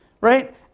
Right